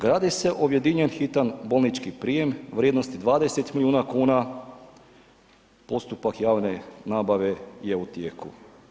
Gradi se objedinjen hitan bolnički prijem vrijednosti 20 milijuna kuna, postupak javne nabave je u tijeku.